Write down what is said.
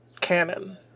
canon